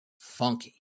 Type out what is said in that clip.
funky